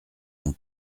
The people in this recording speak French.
mon